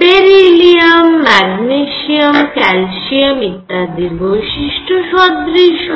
beryllium magnesium calcium ইত্যাদির বৈশিষ্ট্য সদৃশ হয়